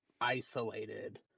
isolated